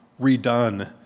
redone